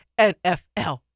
NFL